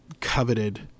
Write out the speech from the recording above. coveted